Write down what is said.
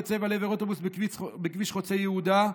צבע לעבר אוטובוס בכביש חוצה יהודה,